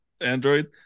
Android